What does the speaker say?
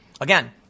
Again